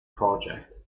project